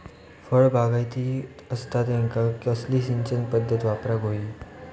फळबागायती असता त्यांका कसली सिंचन पदधत वापराक होई?